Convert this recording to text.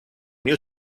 new